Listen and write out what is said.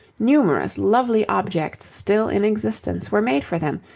numerous lovely objects still in existence were made for them,